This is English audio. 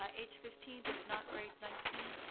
um age fifteen but not grade nineteen.